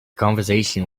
conversation